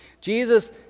Jesus